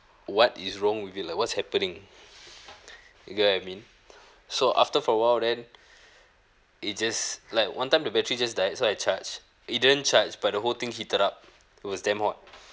what is wrong with it like what's happening you get what I mean so after for awhile then it just like one time the battery just died so I charged it didn't charge but the whole thing heated up it was damn hot